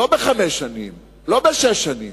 לא בחמש שנים, לא בשש שנים,